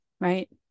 Right